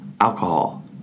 alcohol